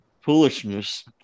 foolishness